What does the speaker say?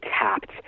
tapped